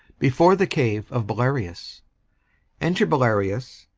before the cave of belarius enter belarius,